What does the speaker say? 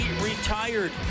retired